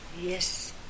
yes